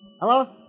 Hello